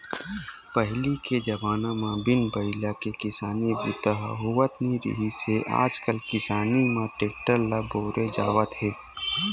पहिली के जमाना म बिन बइला के किसानी बूता ह होवत नइ रिहिस हे आजकाल किसानी म टेक्टर ल बउरे जावत हे